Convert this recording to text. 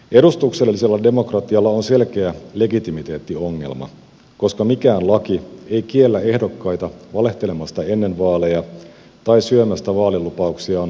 edustuksellisella demokratialla on selkeä legitimiteettiongelma koska mikään laki ei kiellä ehdokkaita valehtelemasta ennen vaaleja tai syömästä vaalilupauksiaan vaalien jälkeen